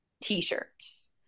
t-shirts